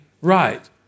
right